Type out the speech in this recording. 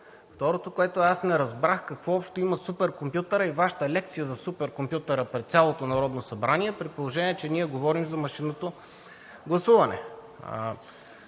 Второто, което не разбрах, какво общо има суперкомпютърът и Вашата лекция за суперкомпютъра пред цялото Народното събрание, при положение че ние говорим за машинното гласуване.